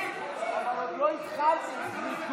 עוד לא התחלתי.